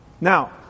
Now